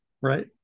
Right